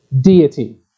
deity